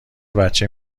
بچه